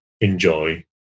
enjoy